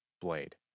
Blade